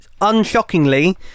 unshockingly